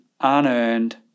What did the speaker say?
unearned